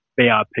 BRP